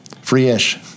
Free-ish